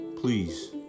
please